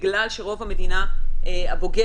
בגלל שרוב המדינה הבוגרת,